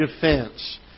defense